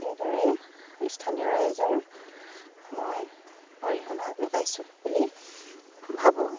এইদৰে স্থানীয় ৰাইজৰ মই অৰিহণা যোগাইছোঁ বুলি ভাবোঁ